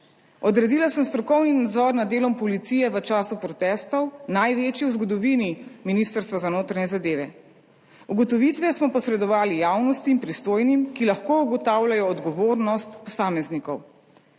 Odredila sem strokovni nadzor nad delom policije v času protestov, največji v zgodovini Ministrstva za notranje zadeve. Ugotovitve smo posredovali javnosti in pristojnim, ki lahko ugotavljajo odgovornost posameznikov.